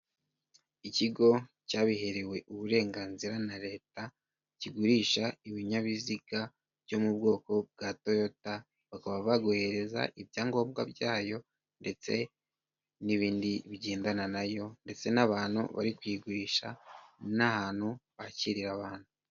Ikigo cyabiherewe uburenganzira na leta, kigurisha ibinyabiziga byo mu bwoko bwa toyota, bakaba baguhereza ibyangombwa byayo ndetse n'ibindi bigendana nayo ndetse n'abantu bari kuyigurisha na ahantu bakirira abantu.